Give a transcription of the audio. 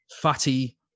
Fatty